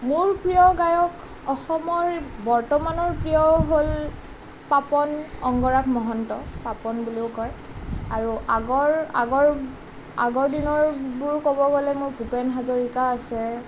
মোৰ প্ৰিয় গায়ক অসমৰ বৰ্তমানৰ প্ৰিয় হ'ল পাপন অংগৰাগ মহন্ত পাপন বুলিও কয় আৰু আগৰ আগৰ আগৰ দিনৰবোৰ ক'ব গ'লে মোৰ ভূপেন হাজৰিকা আছে